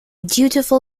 dutiful